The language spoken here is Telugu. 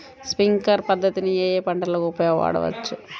స్ప్రింక్లర్ పద్ధతిని ఏ ఏ పంటలకు వాడవచ్చు?